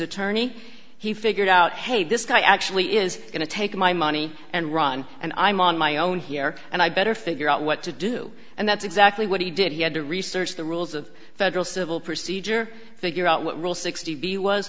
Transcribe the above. attorney he figured out hey this guy actually is going to take my money and run and i'm on my own here and i better figure out what to do and that's exactly what he did he had to research the rules of federal civil procedure figure out what rule sixty b was